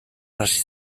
hasi